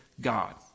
God